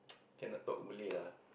can not talk Malay lah